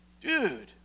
dude